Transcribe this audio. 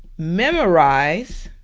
memorize,